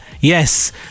Yes